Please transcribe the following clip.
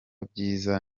byiza